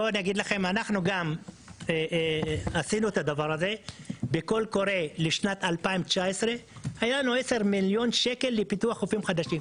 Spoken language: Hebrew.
אנחנו עשינו את הדבר הזה בקול קורא לשנת 2019. היו לנו 10 מיליון שקל לפיתוח חופים חדשים.